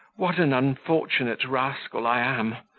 what an unfortunate rascal i am!